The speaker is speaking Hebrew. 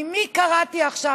ממי קראתי עכשיו?